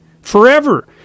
forever